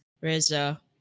Reza